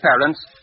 parents